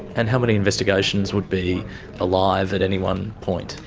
and how many investigations would be alive at any one point?